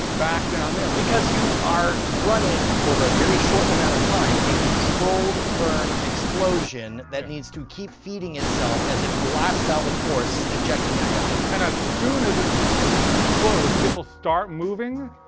back down there. because you are running over a very short amount of time a controlled burn explosion that needs to keep feeding itself as it blasts out with force ejecting that guy. and as soon as it explodes this will start moving,